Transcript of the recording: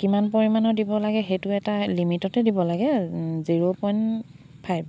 কিমান পৰিমাণৰ দিব লাগে সেইটো এটা লিমিটতে দিব লাগে জিৰ' পইণ্ট ফাইভ